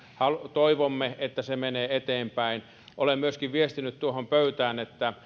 toivomme että se menee eteenpäin olen myöskin viestinyt tuohon pöytään että